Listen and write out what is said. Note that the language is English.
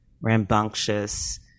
rambunctious